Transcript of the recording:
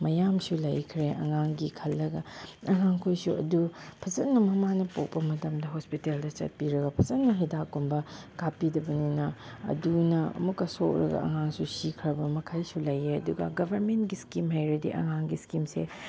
ꯃꯌꯥꯝꯁꯨ ꯂꯩꯈ꯭ꯔꯦ ꯑꯉꯥꯡꯒꯤ ꯈꯜꯂꯒ ꯑꯉꯥꯡꯈꯣꯏꯁꯨ ꯑꯗꯨ ꯐꯖꯅ ꯃꯃꯥꯅ ꯄꯣꯛꯄ ꯃꯇꯝꯗ ꯍꯣꯁꯄꯤꯇꯦꯜꯗ ꯆꯠꯄꯤꯔꯒ ꯐꯖꯅ ꯍꯤꯗꯥꯛꯀꯨꯝꯕ ꯀꯥꯞꯄꯤꯗꯕꯅꯤꯅ ꯑꯗꯨꯅ ꯑꯃꯨꯛꯀ ꯁꯣꯛꯑꯒ ꯑꯉꯥꯡꯁꯨ ꯁꯤꯈ꯭ꯔꯕ ꯃꯈꯩꯁꯨ ꯂꯩꯌꯦ ꯑꯗꯨꯒ ꯒꯚꯔꯟꯃꯦꯟꯒꯤ ꯁ꯭ꯀꯤꯝ ꯍꯥꯏꯔꯗꯤ ꯑꯉꯥꯡꯒꯤ ꯁ꯭ꯀꯤꯝꯁꯦ